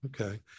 okay